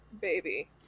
Baby